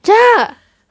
ya